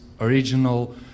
original